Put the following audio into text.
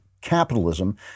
capitalism